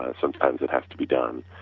ah sometimes it have to be done.